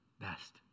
best